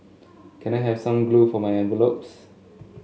can I have some glue for my envelopes